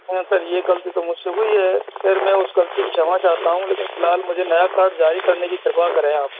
हाँ सर ये गलती तो मुझसे हुई है खैर मैं उस गलती की क्षमा चाहता हूँ लेकिन फ़िलहाल मुझे नया कार्ड जारी करने की कृपा करें आप